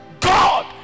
God